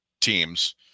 teams